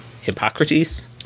Hippocrates